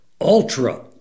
ultra